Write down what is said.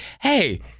hey